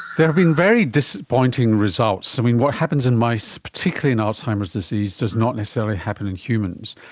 there have been very disappointing results. i mean, what happens in mice particularly in alzheimer's disease does not necessarily happen in humans,